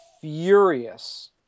furious